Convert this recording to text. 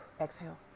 Exhale